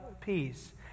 Peace